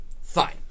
Fine